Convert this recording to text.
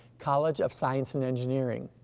college of science and engineering,